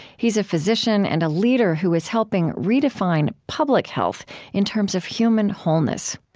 he's a physician and a leader who is helping redefine public health in terms of human wholeness.